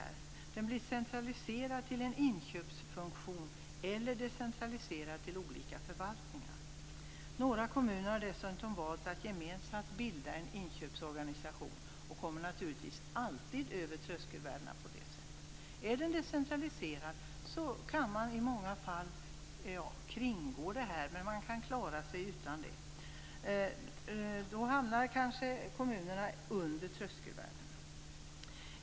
Det sker antigen en upphandling av en centraliserad inköpsfunktion eller en upphandling decentraliserad av olika förvaltningar. Några kommuner har dessutom valt att gemensamt bilda en inköpsorganisation, och kommer naturligtvis på det sättet alltid över tröskelvärdena. Är upphandlingen decentraliserad kan man i många fall klara sig. Då hamnar kanske kommunerna under tröskelvärdena.